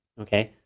okay,